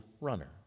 runner